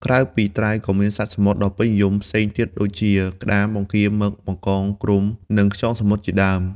ក្រៅពីត្រី ក៏មានសត្វសមុទ្រដ៏ពេញនិយមផ្សេងទៀតដូចជា ក្តាម បង្គា មឹក បង្កង គ្រំ និងខ្យងសមុទ្រជាដើម។